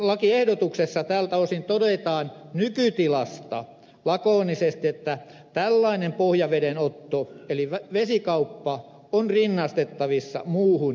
lakiehdotuksessa tältä osin todetaan nykytilasta lakonisesti että tällainen pohjavedenotto eli vesikauppa on rinnastettavissa muuhun elinkeinotoimintaan